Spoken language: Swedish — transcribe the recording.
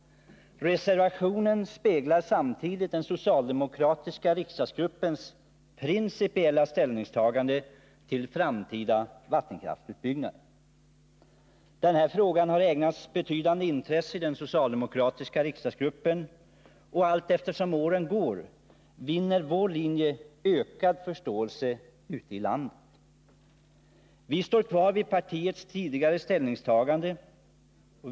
Reservationen speglar samtidigt den socialdemokratiska riksdagsgruppens principiella ställningstagande till framtida vattenkraftsutbyggnader. Den här frågan har ägnats betydande intresse i den socialdemokratiska riksdagsgruppen, och allteftersom åren går vinner vår linje ökad förståelse ute i landet. Vi står kvar vid partiets tidigare ställningstagande.